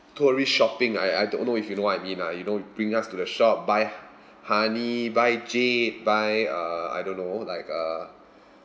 tourist shopping I I don't know if you know what I mean ah you know bring us to the shop buy honey buy jade buy uh I don't know like uh